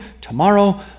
tomorrow